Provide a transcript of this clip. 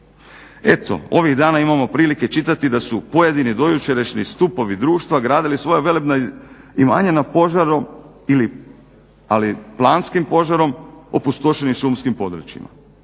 Eto, ovih dana imamo prilike čitati da su pojedini do jučerašnji stupovi društva gradili svoja velebna imanja na požarom, ali planskim požarom opustošenim šumskim područjima.